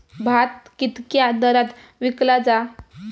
भात कित्क्या दरात विकला जा?